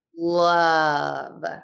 love